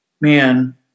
man